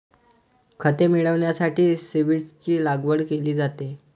खते मिळविण्यासाठी सीव्हीड्सची लागवड केली जाते